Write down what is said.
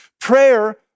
Prayer